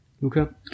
Luca